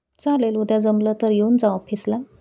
चालेल उद्या जमलं तर येऊन जा ऑफिसला